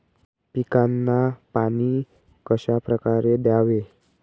पिकांना पाणी कशाप्रकारे द्यावे?